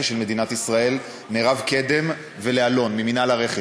של מדינת ישראל מירב קדם ולאלון ממינהל הרכש.